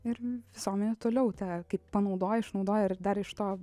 ir visuomenė toliau tą kaip panaudoja išnaudoja ir dar iš to